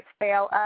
fail